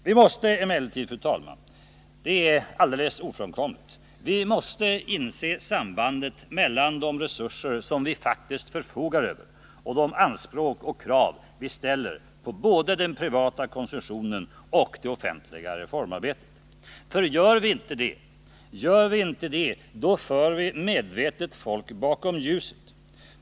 Vi måste emellertid, fru talman — det är alldeles ofrånkomligt — inse sambandet mellan de resurser vi faktiskt förfogar över och de anspråk och krav vi ställer på både den privata konsumtionen och det offentliga reformarbetet. Gör vi inte det, då för vi medvetet folk bakom ljuset.